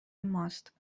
ماست